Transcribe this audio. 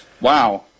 Wow